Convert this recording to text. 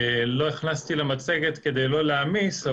לא הכנסתי למצגת, כדי לא להעמיס.